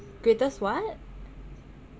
greatest what